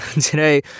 Today